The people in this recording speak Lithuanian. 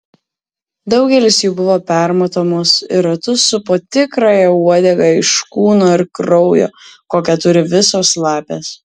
daugelis jų buvo permatomos ir ratu supo tikrąją uodegą iš kūno ir kraujo kokią turi visos lapės